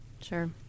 Sure